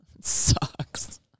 Sucks